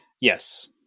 Yes